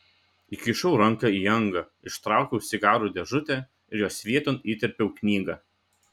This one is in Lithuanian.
įkišau ranką į angą ištraukiau cigarų dėžutę ir jos vieton įterpiau knygą